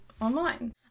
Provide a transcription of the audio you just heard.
online